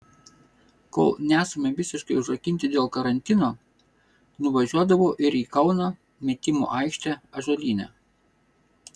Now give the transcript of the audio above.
kol nesame visiškai užrakinti dėl karantino nuvažiuodavau ir į kauną metimų aikštę ąžuolyne